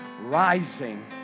rising